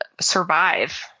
survive